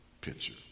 picture